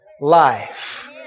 life